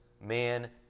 man